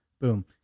boom